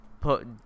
put